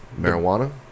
marijuana